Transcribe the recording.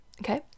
okay